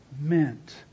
meant